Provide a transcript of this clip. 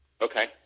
Okay